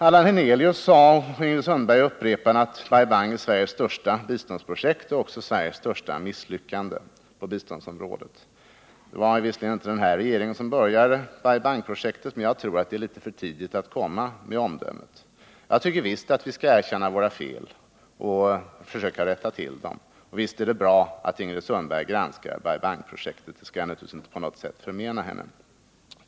Allan Hernelius sade, och Ingrid Sundberg upprepade det, att Bai Bang är Sveriges största biståndsprojekt och även Sveriges största misslyckande på biståndsområdet. Det var visserligen inte den nuvarande regeringen som påbörjade Bai Bang-projektet men jag tror det är litet för tidigt att komma med omdömen. Jag tycker visst att vi skall erkänna våra fel och försöka rätta till dem. Visst är det också bra att Ingrid Sundberg granskar Bai Bang-projektet, det skall jag naturligtvis inte på något sätt förmena henne.